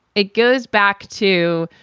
it goes back to.